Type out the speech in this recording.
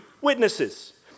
witnesses